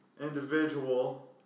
individual